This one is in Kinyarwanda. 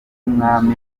umwami